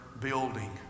building